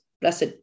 blessed